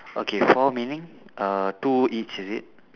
okay four meaning uh two each is it